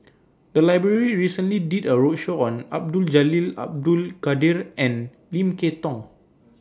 The Library recently did A roadshow on Abdul Jalil Abdul Kadir and Lim Kay Tong